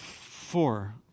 four